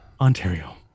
Ontario